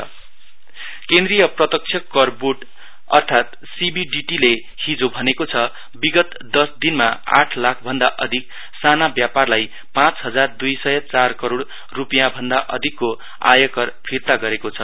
सि T B T केन्द्रीय प्रत्यक्ष कर बोर्डलेसिबीडिटीहिजो भनेकोछ विगत दस दिनमा आठ लाख भन्दा अधिक साना व्यापारीलाई पाँच हजार दुई सय चार करोड़ रूपियाँ भन्दा अधिकको आयकर फीर्ता गरेको छ